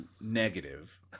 negative